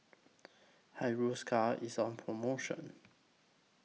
Hiruscar IS on promotion